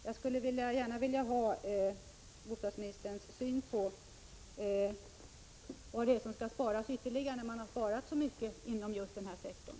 Jag skulle gärna vilja veta vad bostadsministern menar skall sparas in ytterligare när man redan sparat så mycket inom just den sektorn.